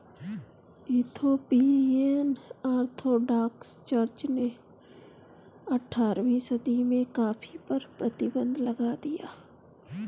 Ethiopian Orthodox Church ने अठारहवीं सदी में कॉफ़ी पर प्रतिबन्ध लगा दिया